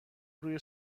روی